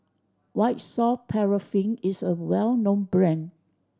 White Soft Paraffin is a well known brand